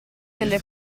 delle